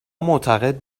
معتقد